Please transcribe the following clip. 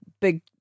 big